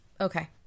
Okay